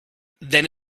then